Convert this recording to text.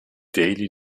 daily